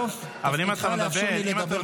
בסוף תפקידך לאפשר לי לדבר בלי הפרעה.